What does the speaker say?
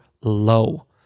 low